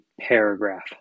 paragraph